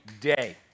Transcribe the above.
day